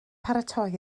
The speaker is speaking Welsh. paratoi